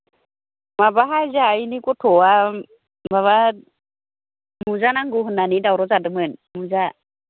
माबाहाय जोंहा इनै गथ'आ माबा मुजा नांगौ होन्नानै दावराव जादोंमोन मुजा